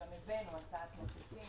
וגם הבאנו הצעת מחליטים